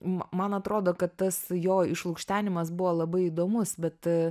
man atrodo kad tas jo išlukštenimas buvo labai įdomus bet